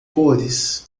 cores